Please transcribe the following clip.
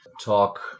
talk